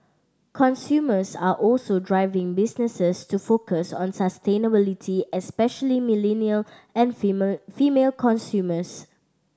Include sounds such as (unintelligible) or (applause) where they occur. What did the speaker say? consumers are also driving businesses to focus on sustainability especially millennial and (unintelligible) female consumers